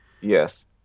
Yes